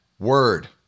word